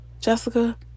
Jessica